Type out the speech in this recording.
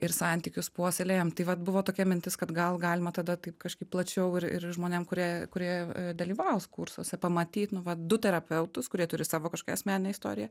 ir santykius puoselėjam tai vat buvo tokia mintis kad gal galima tada taip kažkaip plačiau ir ir žmonėm kurie kurie dalyvaus kursuose pamatyt nu va du terapeutus kurie turi savo kažką asmeninę istoriją